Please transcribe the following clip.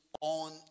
on